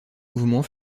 mouvement